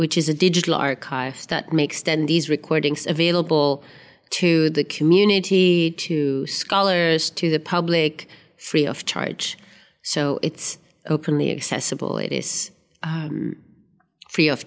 which is a digital archive that makes these recordings available to the community to scholars to the public free of charge so it's openly accessible it is um free of